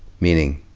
meaning?